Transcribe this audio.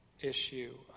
issue